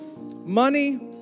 Money